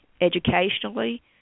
educationally